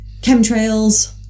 Chemtrails